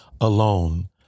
alone